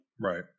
Right